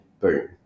boom